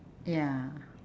ya